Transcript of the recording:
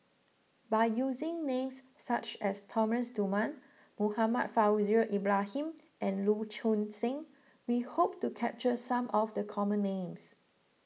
by using names such as Thomas Dunman Muhammad Far with your Ibrahim and Lu Choon Seng we hope to capture some of the common names